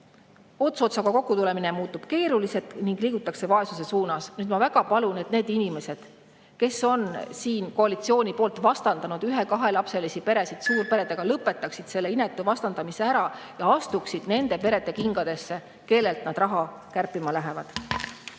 Ots otsaga kokkutulemine muutub keeruliseks ning liigutakse vaesuse suunas. Ma väga palun, et need inimesed, kes on siin koalitsiooni poolt vastandanud ühe- ja kahelapselisi peresid suurperedega, lõpetaksid selle inetu vastandamise ära ja astuksid nende perede kingadesse, kellelt nad raha kärpima lähevad.